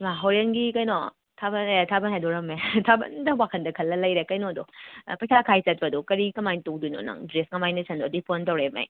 ꯍꯣꯔꯦꯟꯒꯤ ꯀꯩꯅꯣ ꯊꯥꯕꯜ ꯑꯦ ꯊꯥꯕꯟ ꯍꯥꯏꯗꯣꯔꯝꯃꯦ ꯊꯥꯕꯜꯗ ꯋꯥꯈꯜꯗ ꯈꯜꯂ ꯂꯩꯔꯦ ꯀꯩꯅꯣꯗꯣ ꯄꯩꯁꯥ ꯈꯥꯏ ꯆꯠꯄꯗꯣ ꯀꯔꯤ ꯀꯃꯥꯏꯅ ꯇꯧꯗꯣꯏꯅꯣ ꯅꯪ ꯗ꯭ꯔꯦꯁ ꯀꯃꯥꯏꯅ ꯑꯗꯨꯏ ꯐꯣꯟ ꯇꯧꯔꯛꯏꯃꯦ